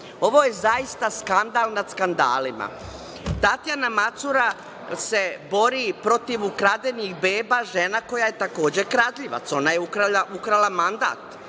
je zaista skandal nad skandalima. Tatjana Macura se bori protiv ukradenih beba, žena koja je takođe kradljivac. Ona je ukrala mandat.